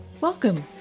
Welcome